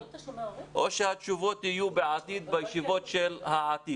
או שהתשובות יהיו בישיבות העתיד.